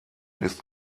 ist